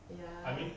ya